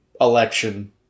election